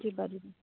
ଯିବା ଯିବି